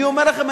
אני אומר לכם,